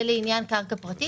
זה לעניין קרקע פרטית.